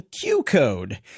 Q-Code